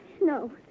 No